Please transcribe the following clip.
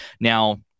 Now